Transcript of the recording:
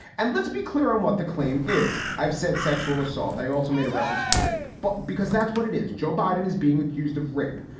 and let's be clear on what the claim is. i've said sexual assault. i also made a reference to rape. but because that's what it is. joe biden is being accused of rape,